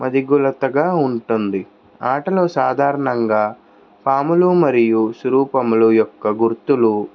పరికూలతగా ఉంటుంది ఆటలో సాధారణంగా పాములు మరియు సురూపములు యొక్క గుర్తులు